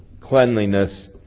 cleanliness